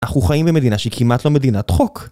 אנחנו חיים במדינה שהיא כמעט לא מדינת חוק.